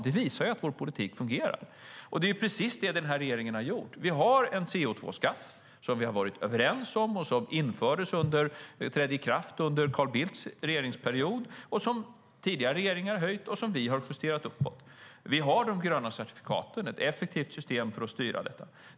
Det visar att vår politik fungerar. Det är precis det denna regering har gjort. Vi har en CO2-skatt, som vi har varit överens om, som trädde i kraft under Carl Bildts regeringsperiod, som tidigare regeringar har höjt och som vi har justerat uppåt. Vi har de gröna certifikaten, som är ett effektivt system för att styra detta.